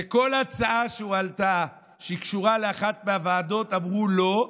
שכל הצעה שהועלתה שקשורה לאחת מהוועדות אמרו לא.